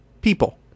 people